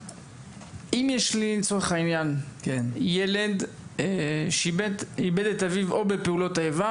אם יש לי לצורך העניין ילד שאיבד את אביו או בפעולות איבה